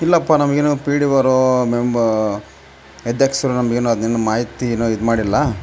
ಇಲ್ಲಪ್ಪ ನಮಗೇನು P D ಒವ್ರೂ ಮೆಂಬಾ ಅಧ್ಯಕ್ಷರು ನಮಗೆ ಏನು ಅದೇನು ಮಾಹಿತಿ ಏನು ಇದು ಮಾಡಿಲ್ಲ